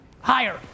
Higher